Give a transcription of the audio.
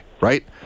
right